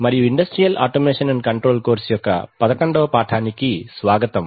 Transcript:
మరియు industrial automation and control course యొక్క 11 వ పాఠానికి స్వాగతం